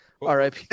RIP